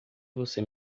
você